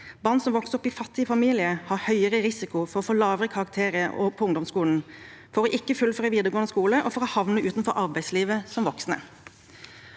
Barn som vokser opp i fattige familier, har høyere risiko for å få lavere karakterer også på ungdomsskolen, for å ikke fullføre videregående skole og for å havne utenfor arbeidslivet som voksne.